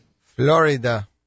Florida